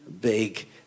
big